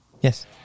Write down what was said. Yes